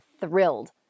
thrilled